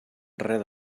res